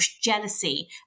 jealousy